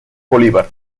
bolívar